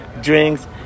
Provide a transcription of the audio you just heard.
drinks